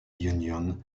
union